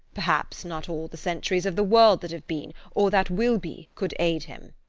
perhaps not all the centuries of the world that have been, or that will be, could aid him.